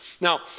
Now